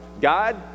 God